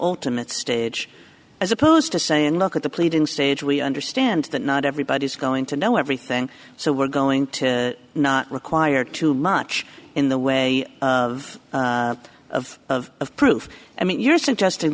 ultimate stage as opposed to saying look at the pleading stage we understand that not everybody is going to know everything so we're going to not require too much in the way of of of of proof i mean you're suggesting